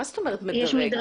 מה זאת אומרת מדָרג?